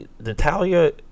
Natalia